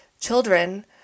children